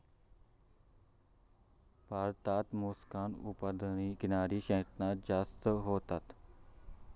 भारतात मोलस्कास उत्पादन किनारी क्षेत्रांत जास्ती होता